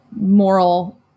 moral